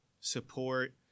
support